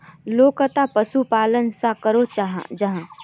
लोकला पशुपालन चाँ करो जाहा?